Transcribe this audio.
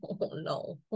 no